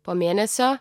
po mėnesio